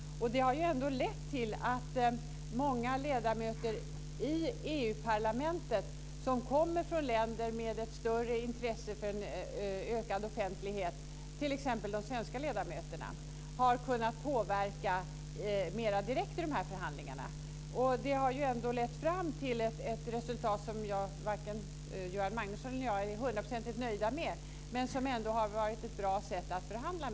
Detta har lett till att många ledamöter i EU parlamentet som kommer från länder med ett större intresse för ökad offentlighet, t.ex. de svenska ledamöterna, har kunnat påverka mer direkt i dessa förhandlingar. Det har lett fram till ett resultat som varken Göran Magnusson eller jag är hundraprocentigt nöjd med, men det har ändå varit ett bra sätt att förhandla.